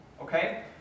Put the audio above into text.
Okay